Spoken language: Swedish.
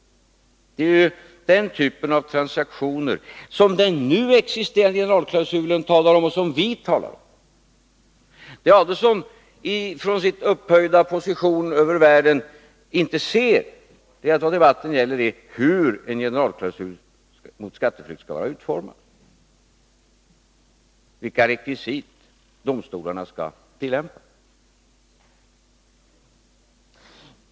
Det är den typen av transaktioner som den nu existerande generalklausulen talar om och som vi talar om. Vad Ulf Adelsohn i sin upphöjda position över världen inte ser är att debatten gäller hur en generalklausul mot skatteflykt skall utformas och vilka rekvisit domstolarna skall tillämpa.